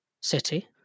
City